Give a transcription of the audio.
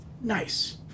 Nice